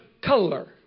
color